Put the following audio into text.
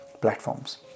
platforms